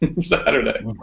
Saturday